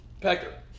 pecker